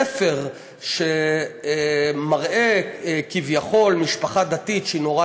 ספר שמראה כביכול משפחה דתית שהיא נורא